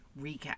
recap